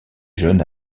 jeune